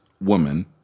woman